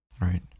Right